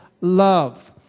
love